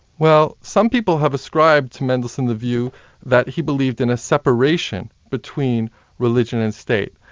well, some people have ascribed to mendelssohn the view that he believed in a separation between religion and state.